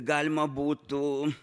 galima būtų